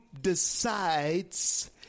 decides